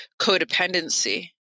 codependency